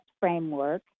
framework